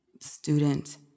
student